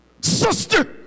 Sister